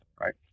right